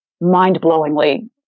mind-blowingly